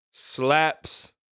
slaps